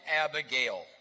Abigail